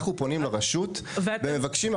אנחנו פונים לרשות ומבקשים,